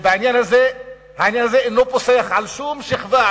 העניין הזה אינו פוסח על שום שכבה,